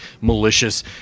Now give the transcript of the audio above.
malicious